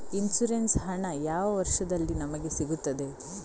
Insurance ಹಣ ಯಾವ ವರ್ಷದಲ್ಲಿ ನಮಗೆ ಸಿಗುತ್ತದೆ?